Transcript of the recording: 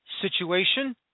situation